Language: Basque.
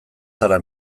zara